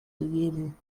gegeben